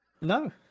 no